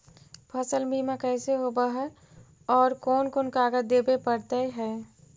फसल बिमा कैसे होब है और कोन कोन कागज देबे पड़तै है?